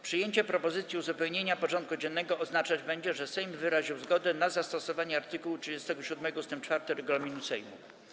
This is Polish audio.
Przyjęcie propozycji uzupełnienia porządku dziennego oznaczać będzie, że Sejm wyraził zgodę na zastosowanie art. 37 ust. 4 regulaminu Sejmu.